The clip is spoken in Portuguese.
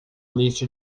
lista